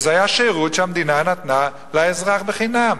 וזה היה שירות שהמדינה נתנה לאזרח בחינם.